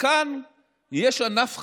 כאן יש ענף חדש,